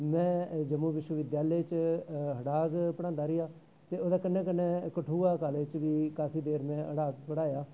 मैं जम्मू विश्वविद्यालय च एडहाक पढ़ांदा रेहा ते ओह्दे कन्नै कन्नै कठुआ कालेज च बी काफी देर मैं एडहाक पढ़ाया